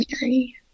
Mary